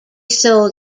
sold